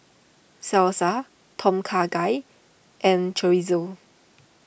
Salsa Tom Kha Gai and Chorizo